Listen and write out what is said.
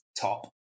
top